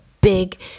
big